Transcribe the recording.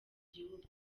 gihugu